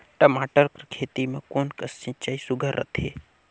टमाटर कर खेती म कोन कस सिंचाई सुघ्घर रथे?